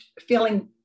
feeling